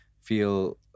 feel